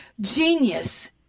genius